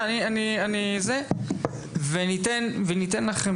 סעיף נאפשר לכם